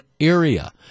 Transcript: area